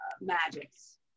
magics